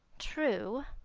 true.